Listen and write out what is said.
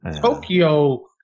Tokyo